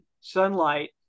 sunlight